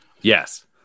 Yes